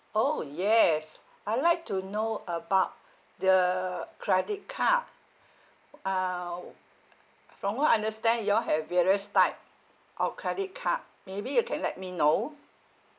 !ow! yes I would like to know about the credit card uh from what I understand you all have various type of credit card maybe you can let me know